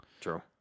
True